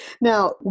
Now